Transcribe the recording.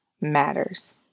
matters